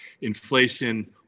inflation